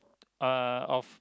uh of